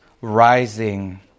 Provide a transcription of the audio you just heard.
rising